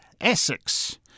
Essex